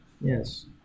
Yes